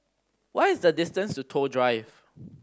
what is the distance to Toh Drive